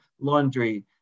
laundry